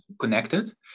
connected